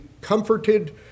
comforted